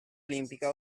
olimpica